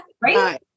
Right